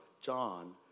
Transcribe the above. John